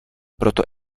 proto